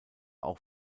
auch